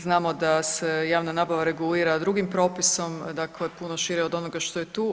Znamo da se javna nabava regulira drugim propisom, dakle puno šire od onoga što je tu.